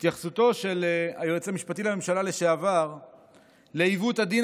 התייחסותו של היועץ המשפטי לממשלה לשעבר לעיוות הדין